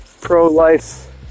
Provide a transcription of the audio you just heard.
pro-life